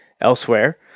elsewhere